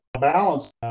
Balance